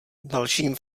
dalším